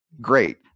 Great